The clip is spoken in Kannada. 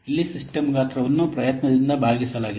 ಇಲ್ಲಿ ಸಿಸ್ಟಮ್ ಗಾತ್ರವನ್ನು ಪ್ರಯತ್ನದಿಂದ ಭಾಗಿಸಲಾಗಿದೆ